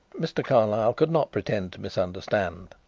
mr. carlyle could not pretend to misunderstand.